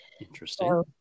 Interesting